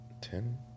Ten